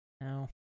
No